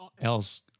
else